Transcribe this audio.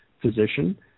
physician